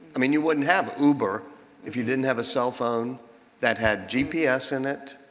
i mean, you wouldn't have uber if you didn't have a cell phone that had gps in it,